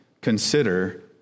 consider